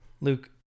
Luke